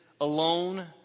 alone